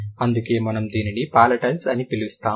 అందుకే మనము దీనిని పాలటల్స్ అని పిలుస్తాము